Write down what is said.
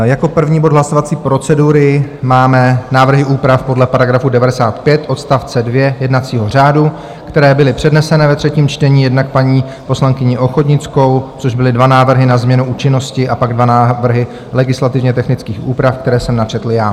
Jako první bod hlasovací procedury máme návrhy úprav podle § 95 odst. 2 jednacího řádu, které byly předneseny ve třetím čtení, jednak paní poslankyní Ochodnickou, což byly dva návrhy na změnu účinnosti, a pak dva návrhy legislativně technických úprav, které jsem načetl já.